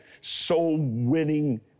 soul-winning